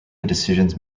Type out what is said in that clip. decisions